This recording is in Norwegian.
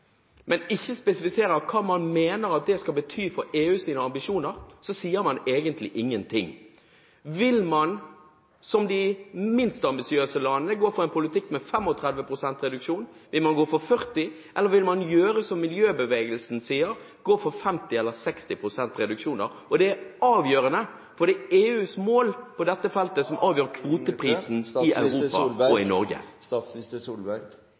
men ikke spesifiserer hva man mener at det skal bety for EUs ambisjoner, sier man egentlig ingen ting: Vil man, som de minst ambisiøse landene, gå for en politikk med 35 pst. reduksjoner, vil man gå for 40 pst., eller vil man gjøre som miljøbevegelsen sier, gå for 50 pst. eller 60 pst. reduksjoner? Det er avgjørende, for det er EUs mål på dette feltet som avgjør kvoteprisen